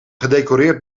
gedecoreerd